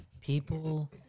People